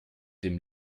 dem